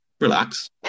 relax